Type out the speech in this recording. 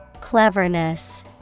Cleverness